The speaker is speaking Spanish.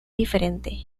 diferente